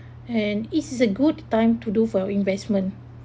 and it is a good time to do for investment